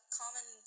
common